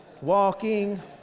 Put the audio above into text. walking